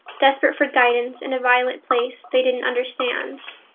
desperate for guidance in a violent place they didn't understand.